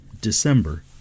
December